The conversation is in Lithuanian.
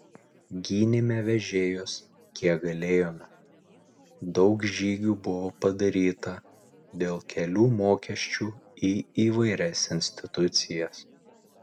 gynėme vežėjus kiek galėjome daug žygių buvo padaryta dėl kelių mokesčių į įvairias institucijas